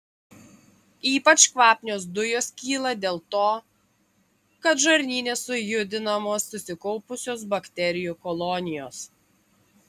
ypač kvapnios dujos kyla dėl to kad žarnyne sujudinamos susikaupusios bakterijų kolonijos